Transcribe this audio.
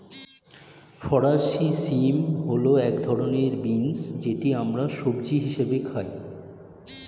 ফরাসি শিম হল এক ধরনের বিন্স যেটি আমরা সবজি হিসেবে খাই